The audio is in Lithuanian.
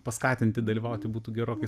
paskatinti dalyvauti būtų gerokai